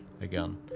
again